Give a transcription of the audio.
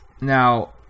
Now